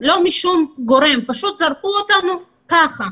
לא משום גורם, פשוט זקרו אותנו ככה.